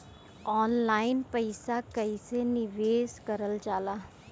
Online पईसा कईसे निवेश करल जाला?